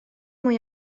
mwy